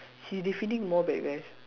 he defeating more bad guys